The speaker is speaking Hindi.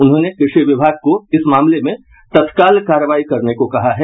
उन्होंने कृषि विभाग को इस मामले में तत्काल कार्रवाई करने को कहा है